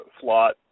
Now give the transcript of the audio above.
slot